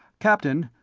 captain,